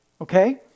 Okay